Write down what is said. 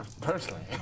personally